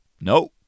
No